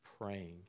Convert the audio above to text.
praying